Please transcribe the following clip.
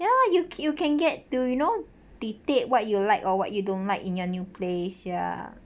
ya you you can get to you know dictate what you like or what you don't like in your new place ya